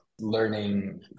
learning